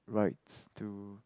rites to